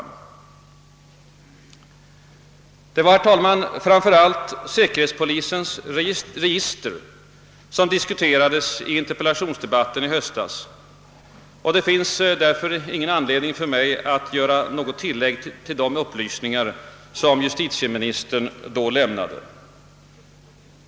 Det var, herr talman, framför allt säkerhetspolisens register som diskuterades i interpellationsdebatten i höstas, och det finns därför ingen anledning för mig att göra något tillägg till de upplysningar som justitieministern då lämnade.